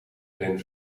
erin